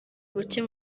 bucye